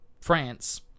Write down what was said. France